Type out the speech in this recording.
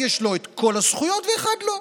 לאחד יש את כל הזכויות ולאחד לא.